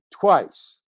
twice